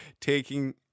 taking